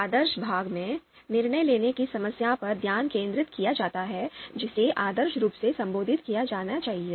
आदर्श भाग में निर्णय लेने की समस्या पर ध्यान केंद्रित किया जाता है जिसे आदर्श रूप से संबोधित किया जाना चाहिए